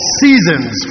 seasons